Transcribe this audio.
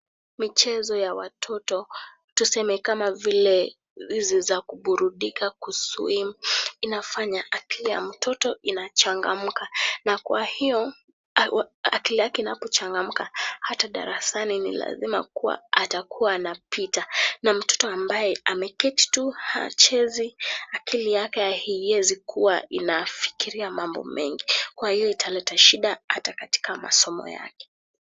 Mchezo ya watoto tuseme kama vile hizi za kuburudika kuswim, inafanya akili ya mtoto inachangamka na kwa hiyo akili yake inapochangamka hata darasani ni lazima kuwa atakuwa anapita, na mtoto ambaye ameketi tu hachezi akili yake ya hiezi kuwa inafikiria mambo mengi kwa hiyo italeta shida hata katika masomo yake.